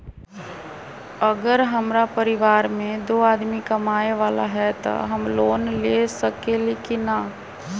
अगर हमरा परिवार में दो आदमी कमाये वाला है त हम लोन ले सकेली की न?